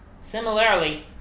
Similarly